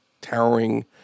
towering